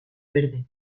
verde